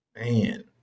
Man